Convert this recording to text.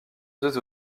deux